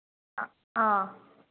ꯑ ꯑꯥ